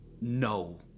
no